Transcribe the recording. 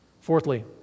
Fourthly